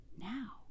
now